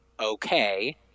Okay